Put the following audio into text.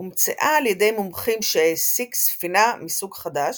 הומצאה על ידי מומחים שהעסיק ספינה מסוג חדש,